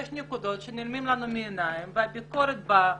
יש נקודות שנעלמות לנו מהעיניים והביקורת באה,